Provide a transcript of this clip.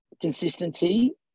consistency